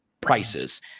prices